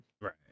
right